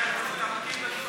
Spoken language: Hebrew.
לכן תסתפקי בשבחים.